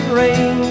rain